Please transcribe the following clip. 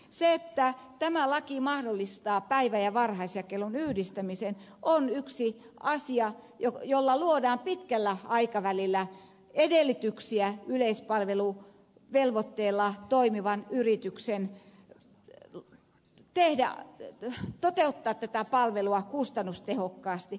se että tämä laki mahdollistaa päivä ja varhaisjakelun yhdistämisen on yksi asia jolla luodaan pitkällä aikavälillä ja selityksiä yleispalvelun velvotteella toimivaan edellytyksiä yleispalveluvelvoitteella toimivan yrityksen toteuttaa tätä palvelua kustannustehokkaasti